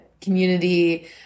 community